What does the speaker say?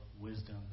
wisdom